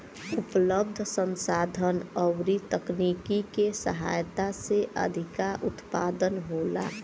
उपलब्ध संसाधन अउरी तकनीकी के सहायता से अधिका उत्पादन होला